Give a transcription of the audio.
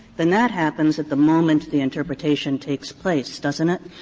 then that happens at the moment the interpretation takes place, doesn't it?